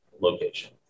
location